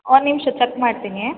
ಒಂದು ನಿಮಿಷ ಚಕ್ ಮಾಡ್ತೀನಿ